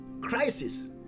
Crisis